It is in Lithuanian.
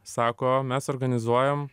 sako mes organizuojam